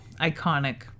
iconic